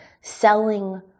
selling